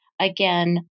again